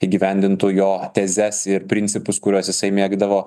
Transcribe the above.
įgyvendintų jo tezes ir principus kuriuos jisai mėgdavo